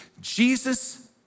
Jesus